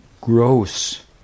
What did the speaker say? gross